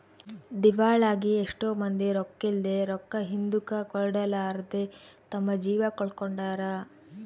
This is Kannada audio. ದಿವಾಳಾಗಿ ಎಷ್ಟೊ ಮಂದಿ ರೊಕ್ಕಿದ್ಲೆ, ರೊಕ್ಕ ಹಿಂದುಕ ಕೊಡರ್ಲಾದೆ ತಮ್ಮ ಜೀವ ಕಳಕೊಂಡಾರ